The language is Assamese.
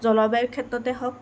জলবায়ু ক্ষেত্ৰতেই হওক